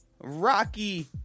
Rocky